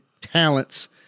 talents